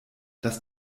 das